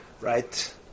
right